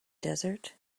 desert